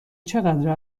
چقدر